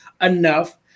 enough